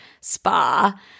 Spa